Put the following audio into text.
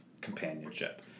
companionship